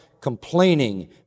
complaining